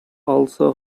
also